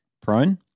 prone